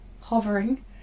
hovering